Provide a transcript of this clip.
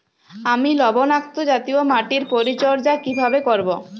আমি লবণাক্ত জাতীয় মাটির পরিচর্যা কিভাবে করব?